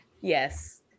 yes